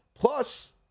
Plus